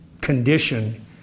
condition